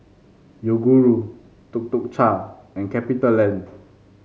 Yoguru Tuk Tuk Cha and Capitaland